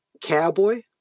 Cowboy